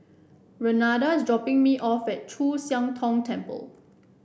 Renada is dropping me off at Chu Siang Tong Temple